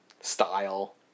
style